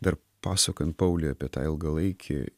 dar pasakojant pauliui apie tą ilgalaikį